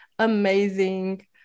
amazing